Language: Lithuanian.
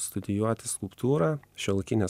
studijuoti skulptūrą šiuolaikinę